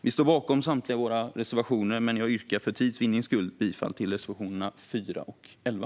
Vi står bakom samtliga våra reservationer, men jag yrkar för tids vinnande bifall till reservationerna 4 och 11.